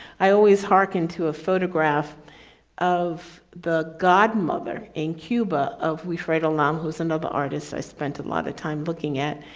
i always harken to a photograph of the godmother in cuba, of we fred alam, who's another artists i spent a lot of time looking at.